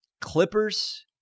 Clippers